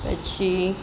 પછી